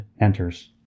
enters